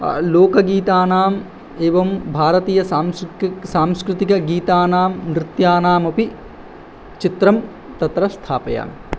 लोकगीतानाम् एवं सांस्कृतिकगीतानां नृत्यानामपि चित्रं तत्र स्थापयामि